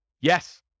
Yes